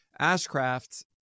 Ashcraft